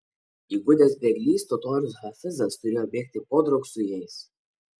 įgudęs bėglys totorius hafizas turėjo bėgti podraug su jais